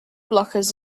blockers